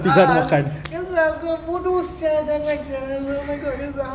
ah that's why aku macam bodoh sia jangan sia like oh my god that's why